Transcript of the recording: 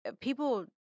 people